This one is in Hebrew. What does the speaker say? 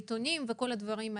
האישיים,